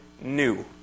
new